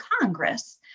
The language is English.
Congress